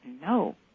no